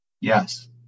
Yes